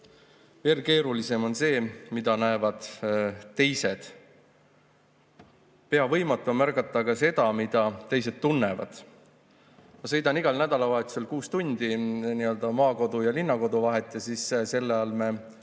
Veel keerulisem on see, mida näevad teised. Pea võimatu on märgata aga seda, mida teised tunnevad. Ma sõidan igal nädalavahetusel kuus tundi maakodu ja linnakodu vahet ja siis selle ajal me